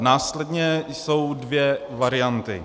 Následně jsou dvě varianty.